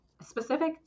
Specific